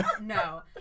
No